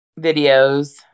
videos